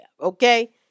Okay